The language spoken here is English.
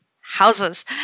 houses